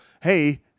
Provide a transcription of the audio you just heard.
hey